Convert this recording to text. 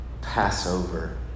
Passover